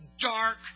dark